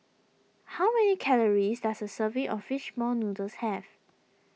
how many calories does a serving of Fish Ball Noodles have